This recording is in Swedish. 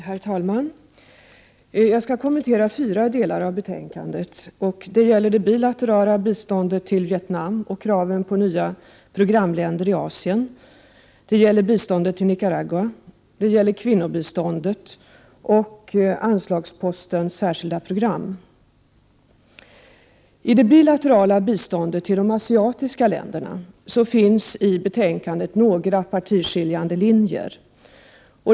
Herr talman! Jag skall kommentera fyra delar av betänkandet. Det gäller det bilaterala biståndet till Vietnam och kraven på nya programländer i Asien, Det gäller biståndet till Nicaragua, det gäller kvinnobiståndet, och vidare anslagsposten Särskilda program. I det bilaterala biståndet till de asiatiska länderna finns i betänkandet några partiskiljande linjer.